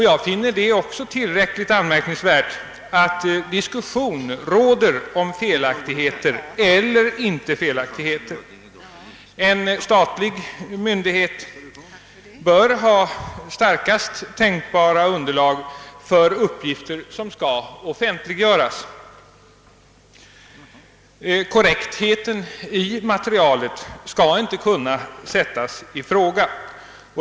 Jag finner det tillräckligt anmärkningsvärt att det över huvud taget kan diskuteras huruvida det förekommit felaktigheter eller ej. En statlig myndighet bör ha starkaste tänkbara underlag för alla de uppgifter, som skall offentliggöras. Korrektheten i materialet skall inte kunna sättas i fråga.